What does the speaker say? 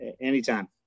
anytime